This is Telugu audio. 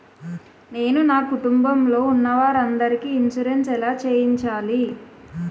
నేను నా కుటుంబం లొ ఉన్న వారి అందరికి ఇన్సురెన్స్ ఎలా చేయించాలి?